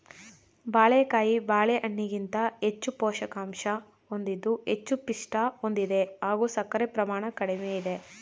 ಬಾಳೆಕಾಯಿ ಬಾಳೆಹಣ್ಣಿಗಿಂತ ಹೆಚ್ಚು ಪೋಷಕಾಂಶ ಹೊಂದಿದ್ದು ಹೆಚ್ಚು ಪಿಷ್ಟ ಹೊಂದಿದೆ ಹಾಗೂ ಸಕ್ಕರೆ ಪ್ರಮಾಣ ಕಡಿಮೆ ಇದೆ